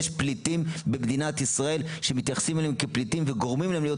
יש פליטים במדינת ישראל שמתייחסים אליהם כפליטים וגורמים להם